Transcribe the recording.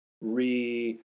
re